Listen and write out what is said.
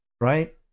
right